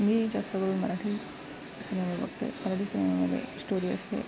मी जास्त करून मराठी सिनेमा बघते मराठी सिनेमामधे स्टोरी असते